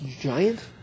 giant